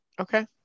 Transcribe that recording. Okay